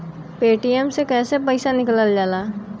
Paytm से कैसे पैसा निकलल जाला?